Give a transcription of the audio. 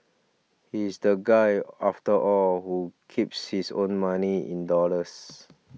he's the guy after all who keeps his own money in dollars